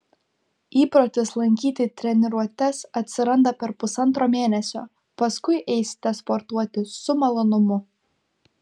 įprotis lankyti treniruotes atsiranda per pusantro mėnesio paskui eisite sportuoti su malonumu